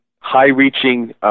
high-reaching